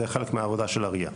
זה חלק מהעבודה של ה-RIA.